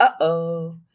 Uh-oh